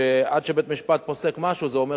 עד שבית-המשפט פוסק משהו זה אומר